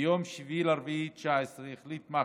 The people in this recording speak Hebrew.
ביום 7 באפריל 2019 החליטה מח"ש,